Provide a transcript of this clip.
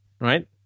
Right